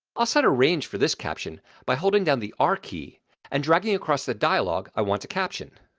i'll set a range for this caption by holding down the r key and dragging across the dialogue i want to caption.